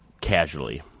casually